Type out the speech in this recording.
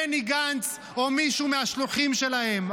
בני גנץ או מישהו מהשלוחים שלהם,